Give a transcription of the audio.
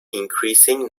increasing